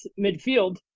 midfield